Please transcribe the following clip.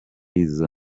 izo